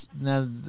now